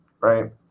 right